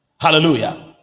Hallelujah